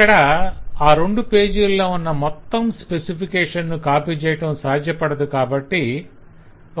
ఇక్కడ ఆ రెండు పేజీలలో ఉన్న మొత్తం స్పెసిఫికేషన్ ను కాపి చేయటం సాధ్యపడదు కాబట్టి